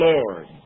Lord